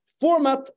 format